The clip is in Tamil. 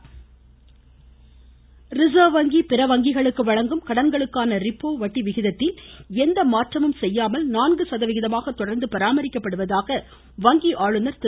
சக்தி காந்த தாஸ் ரிசர்வ் வங்கி பிற வங்கிகளுக்கு வழங்கும் கடன்களுக்கான ரிப்போ வட்டி விகிதத்தில் எந்த மாற்றமும் செய்யாமல் நான்கு சதவிகிதமாக தொடர்ந்து பராமரிக்கப்படுவதாக வங்கி ஆளுநர் திரு